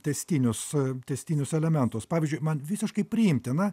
tęstinius tęstinius elementus pavyzdžiui man visiškai priimtina